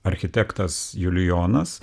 architektas julijonas